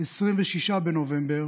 26 בנובמבר,